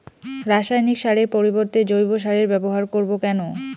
রাসায়নিক সারের পরিবর্তে জৈব সারের ব্যবহার করব কেন?